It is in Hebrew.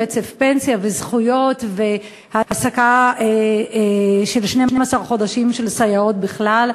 רצף פנסיה וזכויות והעסקה של 12 חודשים של סייעות בכלל.